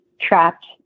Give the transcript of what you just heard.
trapped